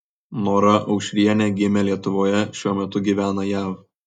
nora aušrienė gimė lietuvoje šiuo metu gyvena jav